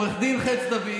עו"ד חוץ-דוד,